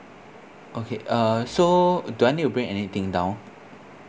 okay uh so do I need to bring anything down